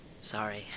Sorry